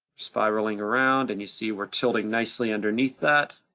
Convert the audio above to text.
spiraling around and you see we're tilting nicely underneath that,